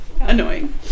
annoying